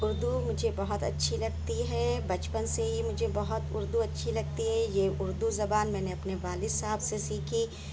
اردو مجھے بہت اچھی لگتی ہے بچپن سے ہی مجھے بہت اردو اچھی لگتی ہے یہ اردو زبان میں نے اپنے والد صاحب سے سیکھی